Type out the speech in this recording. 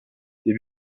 les